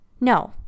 No